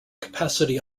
capacity